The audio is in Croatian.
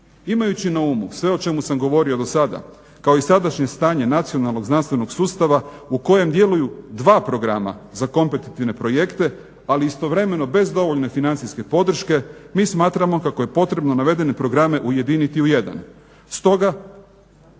Imajući na umu sve o čemu sam govorio do sada, kao i sadašnje stanje nacionalnog znanstvenog sustava u kojem djeluju dva programa za kompetitivne projekte, ali istovremeno bez dovoljne financijske podrške mi smatramo kako je potrebno navedene programe ujediniti u jedan.